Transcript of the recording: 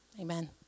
Amen